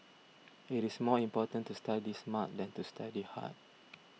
it is more important to study smart than to study hard